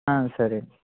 సరే